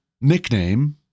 nickname